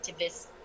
activists